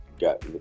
got